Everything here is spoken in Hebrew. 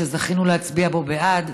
שזכינו להצביע בו בעד,